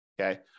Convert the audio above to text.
Okay